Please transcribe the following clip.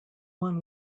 won